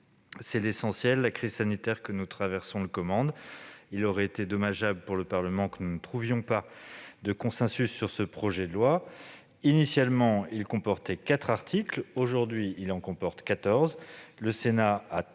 C'est l'essentiel : la crise sanitaire que nous traversons le commande, et il aurait été dommageable pour le Parlement que nous ne trouvions pas de consensus sur ce projet de loi. Initialement, ce texte comportait quatre articles ; aujourd'hui, il en comporte quatorze. Le Sénat a